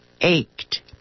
ached